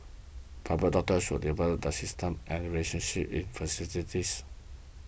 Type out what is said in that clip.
Private Hospitals develop the systems and relationships it facilitate this